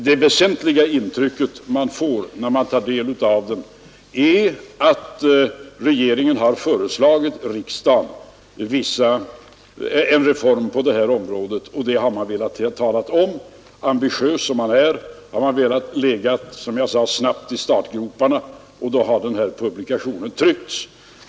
Det väsentliga intrycket vid läsningen är att regeringen har föreslagit riksdagen en reform på det här området, och det har ungdomsrådet velat tala om. Ambitiös som man är har man velat, som jag sade, komma snabbt ur startgroparna, och därför har den här publikationen tryckts.